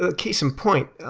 ah case in point,